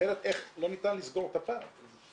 אחרת לא ניתן לסגור את הפער.